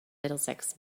middlesex